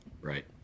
right